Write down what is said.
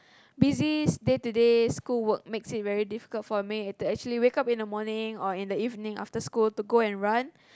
busy day to day school work makes it very difficult for me to actually wake up in the morning or in the evening after school to go and run